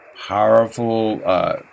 powerful